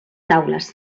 taules